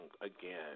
again